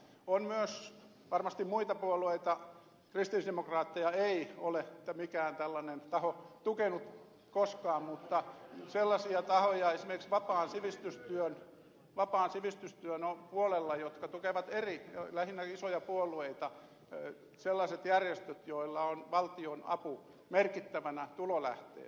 on myös varmasti muita puolueita kristillisdemokraatteja ei ole mikään tällainen taho tukenut koskaan mutta on sellaisia tahoja esimerkiksi vapaan sivistystyön puolella jotka tukevat lähinnä isoja puolueita sellaiset järjestöt joilla on valtionapu merkittävänä tulonlähteenä